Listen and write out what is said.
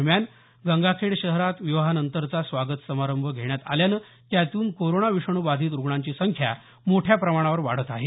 दरम्यान गंगाखेड शहरात विवाहनंतरचा स्वागत समारंभ घेण्यात आल्यामुळे त्यातून कोरोना विषाणू बाधित रुग्णांची संख्या मोठ्या प्रमाणावर वाढत आहे